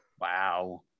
Wow